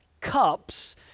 cups